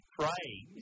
praying